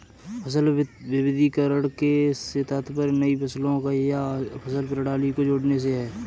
फसल विविधीकरण से तात्पर्य नई फसलों या फसल प्रणाली को जोड़ने से है